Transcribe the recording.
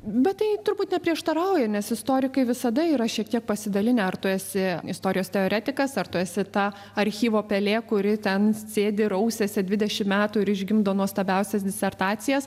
bet tai turbūt neprieštarauja nes istorikai visada yra šiek tiek pasidalinę ar tu esi istorijos teoretikas ar tu esi ta archyvo pelė kuri ten sėdi rausiasi dvidešimt metų ir išgimdo nuostabiausias disertacijas